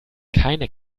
keine